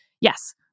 Yes